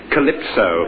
Calypso